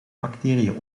bacteriën